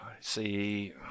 See